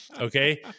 Okay